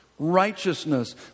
righteousness